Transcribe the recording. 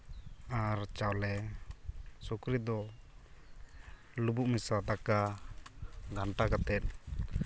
ᱟᱨ ᱪᱟᱣᱞᱮ ᱥᱩᱠᱨᱤ ᱫᱚ ᱞᱩᱵᱩᱜ ᱢᱮᱥᱟ ᱫᱟᱠᱟ ᱜᱷᱟᱱᱴᱟ ᱠᱟᱛᱮᱫ